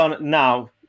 now